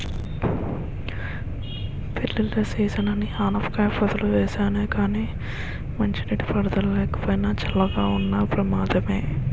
పెళ్ళిళ్ళ సీజనని ఆనపకాయ పాదులు వేసానే గానీ మంచినీటి పారుదల లేకపోయినా, చల్లగా ఉన్న ప్రమాదమే